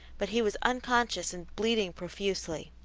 but he was unconscious and bleeding profusely.